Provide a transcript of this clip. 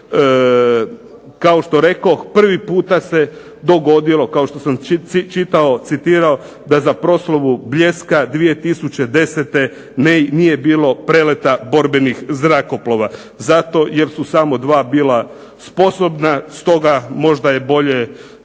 Kao što rekoh prvi puta se dogodilo, kao što sam čitao, citirao, da za proslavu Bljeska 2010. nije bilo preleta borbenih zrakoplova zato jer su samo dva bila sposobna, stoga možda je bolje